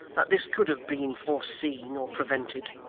that this could have been foreseen or prevented.